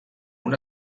una